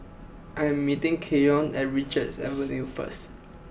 I am meeting Keyon at Richards Avenue first